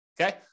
Okay